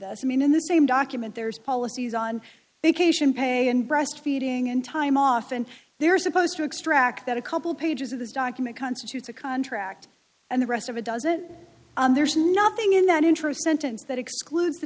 this i mean in the same document there's policies on vacation pay and breastfeeding and time off and they're supposed to extract that a couple pages of this document constitutes a contract and the rest of it doesn't there's nothing in that interest sentence that excludes the